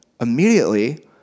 immediately